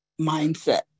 mindset